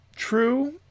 True